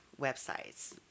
websites